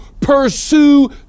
Pursue